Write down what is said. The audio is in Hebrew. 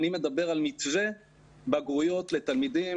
אני מדבר על מתווה בגרויות לתלמידים.